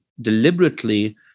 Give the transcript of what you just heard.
deliberately